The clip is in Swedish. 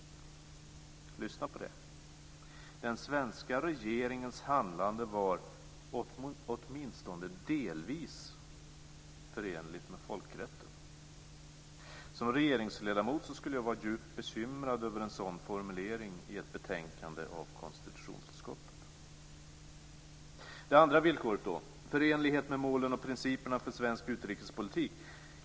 Lyssna på det. Den svenska regeringens handlande var "åtminstone delvis" förenligt med folkrätten! Som regeringsledamot skulle jag vara djupt bekymrad över en sådan formulering i ett betänkande av konstitutionsutskottet. Det andra villkoret då, förenlighet med målen och principerna för svensk utrikespolitik?